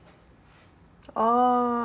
orh~